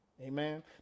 Amen